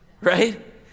Right